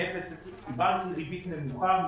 קיבלנו ריבית נמוכה.